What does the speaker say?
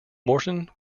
morton